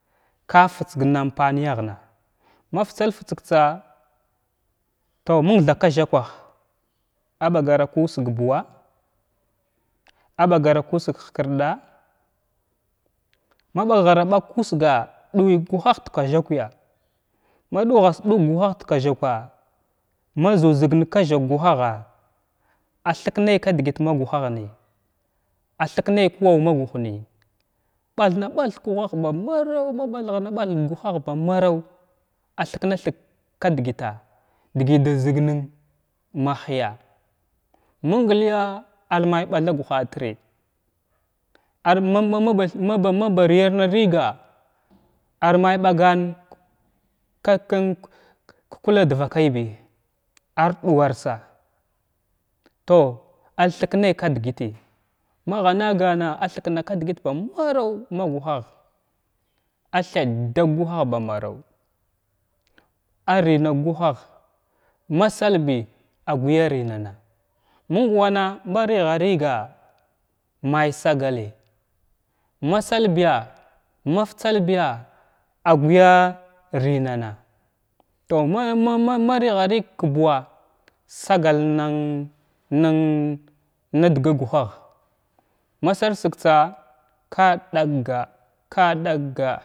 Ka tətsga ka unfanəyaghna ma fətsal fətsgən tsa tow məng tha kwazakwaha aɓagara ku usga buuwa aɓagara kuusga hkirɗa, maɓagharaɓag kuusga ɗuwəy ka gulah da kwazukya ma ɗughar ɗug ka gulah da kwazukwa ma zuʒəgna kwazakwa ka guhgha athiknay kadəgət, ma guhahnay athiknay ku awma gughnay ɓati na ɓathg ka guhah ba maraw ma ɓath ghna ɓthg ka guhah ba maraw a thik na thig ka dəgəta dəgəy da ʒagnən ma hiya məng ləya ar may ɓatha guhativi ar ma ma maba maba riyarna riga ar may ɓagan ka kən kull dvakaybi ar ɗuwarsa tow ar thknay ka dəgətəy magha nagan athikna ka dəgət ba maraw ma guhagha a thaɗa ka guhan bamaraw arinna ka guhahgh ma salbi agwəya rimana məng wana ma righa righa may sagaləy ma salbiya maftsalbiya agwəya rimana tow ma ma ma man righarig ka buuwa segal nan nən na daga guhah ma salsəgtsa ka ɗakga aɗakga.